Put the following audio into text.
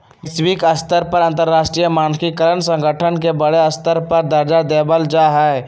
वैश्विक स्तर पर अंतरराष्ट्रीय मानकीकरण संगठन के बडे स्तर पर दर्जा देवल जा हई